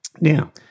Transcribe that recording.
Now